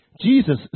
Jesus